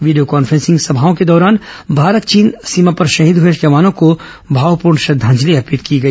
video conferencing सभाओं के दौरान भारत चीन सीमा पर शहीद हुए जवानों को भावपूर्ण श्रद्दांजलि अर्पित की गई